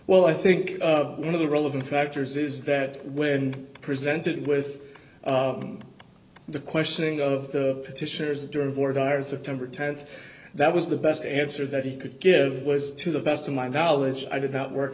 well i think one of the relevant factors is that when presented with the questioning of the petitioners during voir dire september th that was the best answer that he could give was to the best of my knowledge i did not work